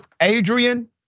Adrian